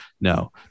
No